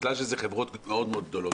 בגלל שמדובר בחברות מאוד גדולות,